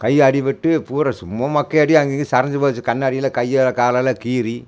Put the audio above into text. கை அடிபட்டு பூரா சும்மா மக்கு அடி அங்கேங்கியும் சரிஞ்சி போய்ச்சி கண்ணாடிலாம் கையை காலயெல்லாம் கீறி